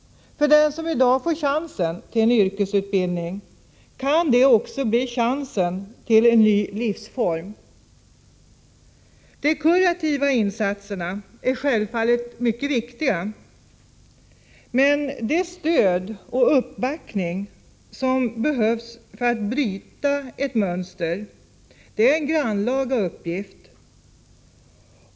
För den som i dag får chansen till yrkesutbildning kan detta också bli chansen till en ny livssituation. De kurativa insatserna är självfallet mycket viktiga, men det stöd och den uppbackning som behövs för att bryta ett mönster är en grannlaga uppgift.